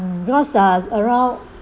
because uh around